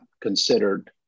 considered